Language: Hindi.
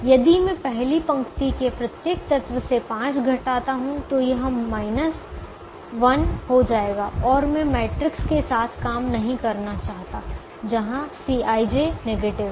यदि मैं पहली पंक्ति के प्रत्येक तत्व से 5 घटाता हूं तो यह माइनस 1 हो जाएगा और मैं मैट्रिक्स के साथ काम नहीं करना चाहता जहां Cij नेगेटिव है